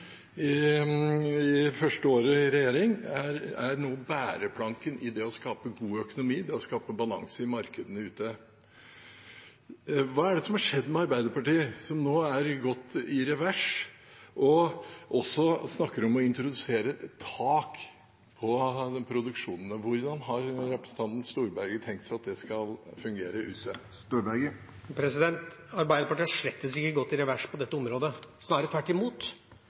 tok det første året i regjering, er bæreplanken i det å skape god økonomi og balanse i markedene ute. Hva er det som har skjedd med Arbeiderpartiet, som nå har gått i revers og også snakker om å introdusere tak for produksjonen? Hvordan har representanten Storberget tenkt at det skal fungere? Arbeiderpartiet har slettes ikke gått i revers på dette området, snarere tvert imot.